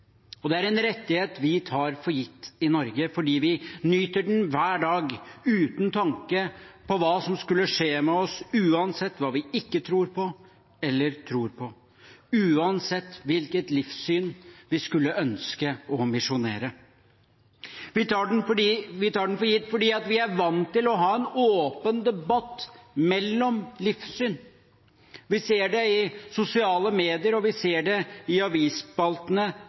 Det er en rettighet vi tar for gitt i Norge fordi vi nyter den hver dag uten tanke på hva som skulle kunne skje med oss, uansett hva vi ikke tror på eller tror på, uansett hvilket livssyn vi skulle ønske å misjonere. Vi tar den for gitt, fordi vi er vant til å ha en åpen debatt om livssyn. Vi ser det i sosiale medier, og vi ser det i